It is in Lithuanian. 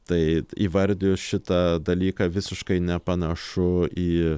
tai įvardijus šitą dalyką visiškai nepanašu į